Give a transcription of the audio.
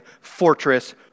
fortress